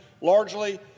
largely